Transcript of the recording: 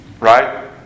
right